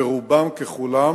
ורובם ככולם